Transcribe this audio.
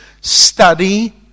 study